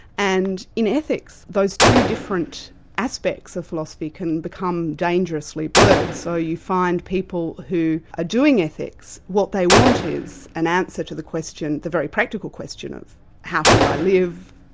and in ethics, those two different aspects of philosophy can become dangerously blurred, so you find people who are doing ethics, what they want is an answer to the question, the very practical question of how should i live?